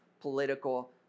political